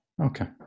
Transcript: Okay